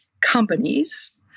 companies